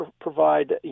provide